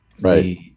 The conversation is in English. Right